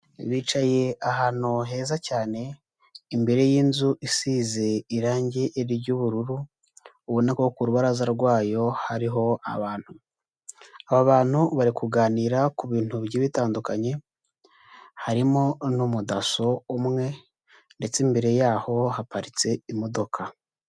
Bicaye ahantu heza cyane imbere y'inzu isize irange ry'ubururu ubona ko ku rubaraza rwayo hariho abantu, aba bantu bari kuganira ku bintu bigiye bitandukanye, harimo n'umudaso umwe ndetse imbere yaho haparitse imodoka.